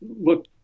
Look